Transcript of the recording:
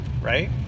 right